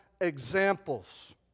examples